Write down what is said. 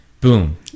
boom